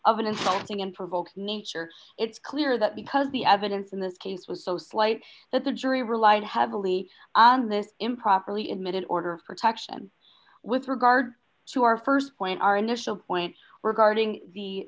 of an insulting and provoke nature it's clear that because the evidence in this case was so slight that the jury relied heavily on the improperly admitted order for touchtone with regard to our st point our initial point regarding the